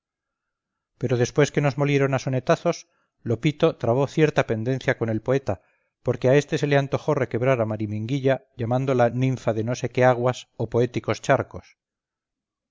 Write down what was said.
pero después que nos molieron a sonetazos lopito trabó cierta pendencia con el poeta porque a este se le antojó requebrar a mariminguilla llamándola ninfa de no sé qué aguas o poéticos charcos